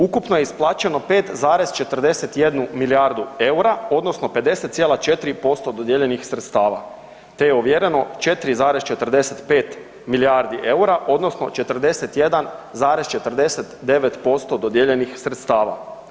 Ukupno je isplaćeno 5,41 milijardu eura odnosno 54% dodijeljenih sredstava te je ovjereno 4,45 milijardi eura odnosno 41,49% dodijeljenih sredstava.